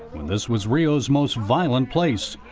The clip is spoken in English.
when this was rios most violent place.